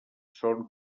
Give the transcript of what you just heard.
són